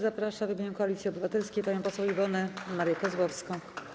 Zapraszam w imieniu Koalicji Obywatelskiej panią poseł Iwonę Marię Kozłowską.